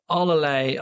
allerlei